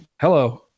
hello